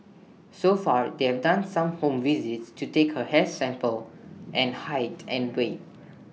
so far they are done some home visits to take her hair sample and height and weight